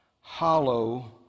hollow